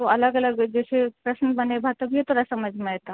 तोँ अलग अलग जइसे प्रश्न बनैमे तभिये तोरा समैझमे अयतौ